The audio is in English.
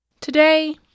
Today